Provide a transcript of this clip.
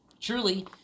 Truly